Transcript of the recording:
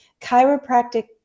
Chiropractic